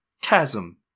Chasm